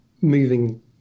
moving